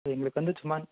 இது எங்களுக்கு வந்து சும்மா